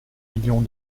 millions